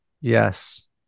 Yes